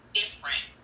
different